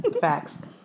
facts